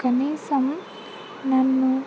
కనీసం నన్ను